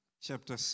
Chapter